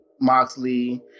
Moxley